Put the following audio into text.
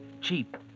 cheap